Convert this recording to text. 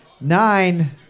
nine